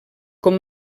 com